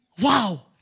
Wow